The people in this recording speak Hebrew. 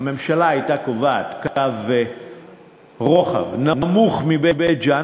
הממשלה הייתה קובעת קו רוחב נמוך מבית-ג'ן,